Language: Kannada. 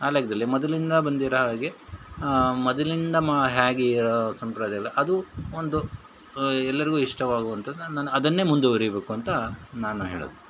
ಆ ಲೆಕ್ಕದಲ್ಲಿ ಮೊದಲಿಂದ ಬಂದಿರೋ ಹಾಗೆ ಮೊದಲಿಂದ ಮ ಹೇಗೆ ಸಂಪ್ರದಾಯಗಳು ಅದೂ ಒಂದು ಎಲ್ಲರಿಗೂ ಇಷ್ಟವಾಗುವಂಥದ್ದು ನಾನು ನಾನು ಅದನ್ನೇ ಮುಂದುವರೀಬೇಕು ಅಂತ ನಾನು ಹೇಳೋದು